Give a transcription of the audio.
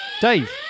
Dave